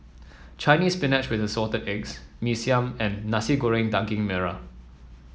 Chinese Spinach with Assorted Eggs Mee Siam and Nasi Goreng Daging Merah